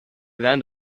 around